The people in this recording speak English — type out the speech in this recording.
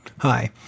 Hi